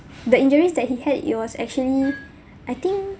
the injuries that he had it was actually I think